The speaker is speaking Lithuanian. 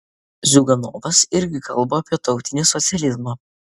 ziuganovas irgi kalba apie tautinį socializmą